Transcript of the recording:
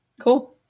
cool